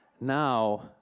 now